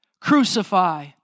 crucify